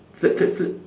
flip flip flip